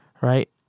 right